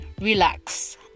relax